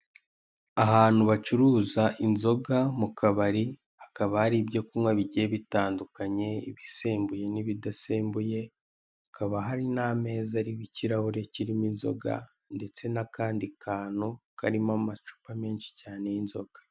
Ahantu bacuruza inzoga mu kabari hakaba hari ibyo kunywa bigiye bitandukanye ibisembuye nibidasembuye hakaba hari n'ameza ariho ikirahure kirimo inzoga ndetse n'akandi kantu karimo amacupa menshi cyane y'inzoga.